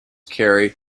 carry